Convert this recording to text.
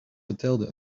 vertelde